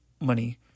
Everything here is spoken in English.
money